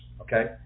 okay